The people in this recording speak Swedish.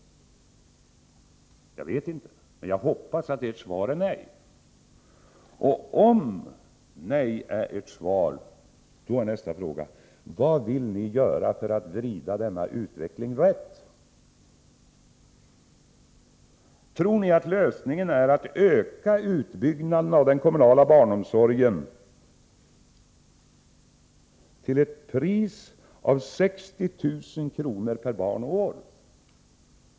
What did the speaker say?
Om nej är ert svar, då blir min nästa fråga: Vad vill ni göra för att vrida utvecklingen rätt? Tror ni att lösningen är att öka utbyggnaden av den kommunala barnomsorgen till ett pris av 60000 kr. per barn och år?